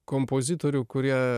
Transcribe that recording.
kompozitorių kurie